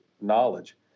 knowledge